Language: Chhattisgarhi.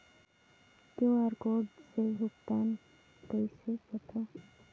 क्यू.आर कोड से भुगतान कइसे करथव?